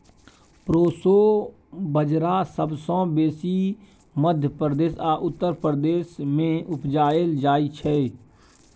proso बजरा सबसँ बेसी मध्य प्रदेश आ उत्तर प्रदेश मे उपजाएल जाइ छै